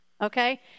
Okay